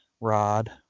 rod